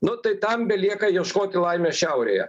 nu tai tam belieka ieškoti laimės šiaurėje